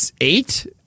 Eight